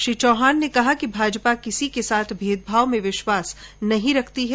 श्री चौहान ने कहा कि भाजपा किसी के साथ भेदभाव में विश्वास नहीं रखती है